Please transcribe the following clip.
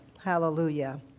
Hallelujah